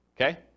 Okay